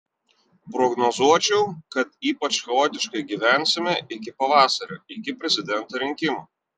prognozuočiau kad ypač chaotiškai gyvensime iki pavasario iki prezidento rinkimų